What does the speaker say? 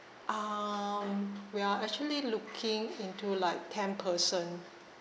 um we are actually looking into like ten person